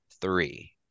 three